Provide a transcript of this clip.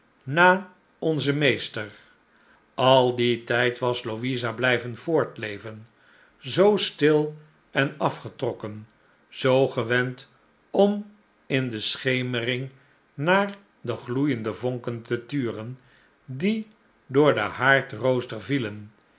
na onzen meester al dien tijd was louisa blijven voortleven zoo stil en afgetrokken zoo gewend om in de schemering naar de gloeiende vonken te turen die door den haardrooster vielen